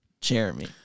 Jeremy